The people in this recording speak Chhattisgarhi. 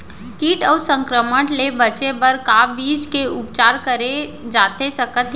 किट अऊ संक्रमण ले बचे बर का बीज के उपचार करे जाथे सकत हे?